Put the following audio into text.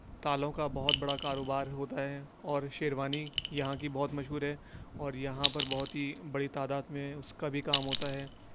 تالوں کا بہت بڑا کارو بار ہوتا ہے اور شیروانی یہاں کی بہت مشہور ہے اور یہاں پر بہت ہی بڑی تعداد میں اس کا بھی کام ہوتا ہے